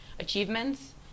achievements